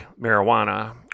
marijuana